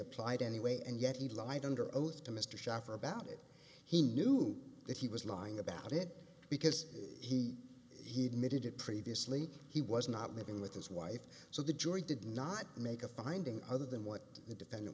applied anyway and yet he lied under oath to mr shah for about it he knew that he was lying about it because he he admitted it previously he was not living with his wife so the jury did not make a finding other than what the defendant